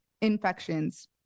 infections